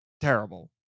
terrible